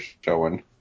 showing